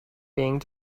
being